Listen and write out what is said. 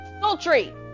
Sultry